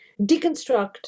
deconstruct